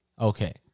Okay